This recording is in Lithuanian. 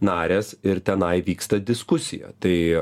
narės ir tenai vyksta diskusija tai